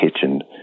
kitchen